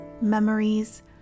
memories